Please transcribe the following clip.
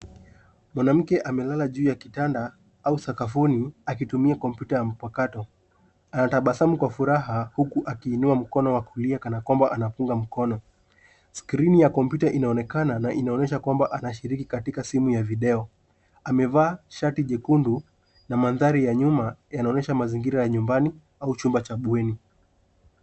Mwanamke amelala juu ya kitanda au sakafuni akitumia kompyuta ya mpakato. Anatabasamu kwa furaha huku akiinua mkono wa kulia kana kwamba anafunga mkono .Skrini ya kompyuta inaonekana na inaonyesha kwamba anashiriki katika simu ya video. Amevaa shati jekundu na mandhari ya nyuma yanaonyesha mazingira ya nyumbani au chumba cha bweni.